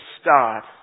start